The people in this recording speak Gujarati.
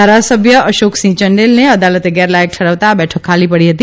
ધારાસભ્ય અશોકસિંહ યંડેલને અદાલતે ગેરલાયક ઠરાવતાં આ બેઠક ખાલી પડી હતી